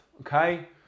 Okay